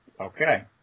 okay